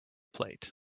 plate